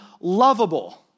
lovable